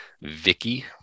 Vicky